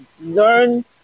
learn